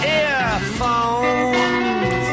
earphones